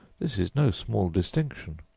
this is no small distinction.